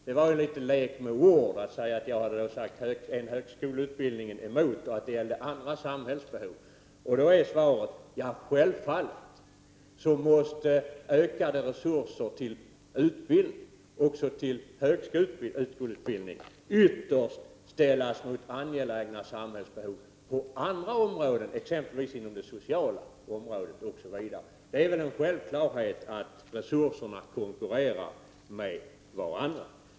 Det var något av en lek med ord att säga att jag hade hävdat att det gällde andra samhällsbehov. Svaret är då: Självfallet måste ökade resurser till utbildning, också till högskoleutbildning, ytterst ställas mot angelägna samhällsbehov på andra områden, exempelvis inom det sociala området. Det är väl en självklarhet att resurserna konkurrerar med varandra.